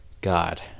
God